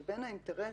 זה בין האינטרס